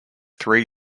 three